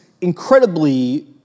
incredibly